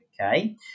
okay